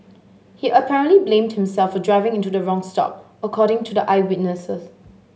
he apparently blamed himself for driving into the wrong stop according to the eyewitnesses